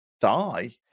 die